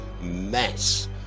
mess